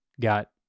got